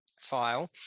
file